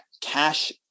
cash